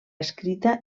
escrita